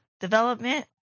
development